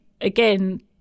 again